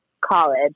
college